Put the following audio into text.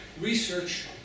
Research